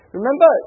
remember